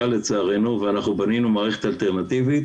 לצערנו ואנחנו בנינו מערכת אלטרנטיבית